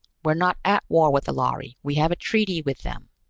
we're not at war with the lhari! we have a treaty with them!